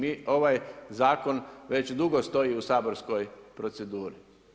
Mi ovaj zakon već dugo stoji u saborskoj proceduri.